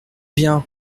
bien